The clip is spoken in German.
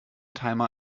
timer